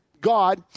God